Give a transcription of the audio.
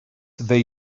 they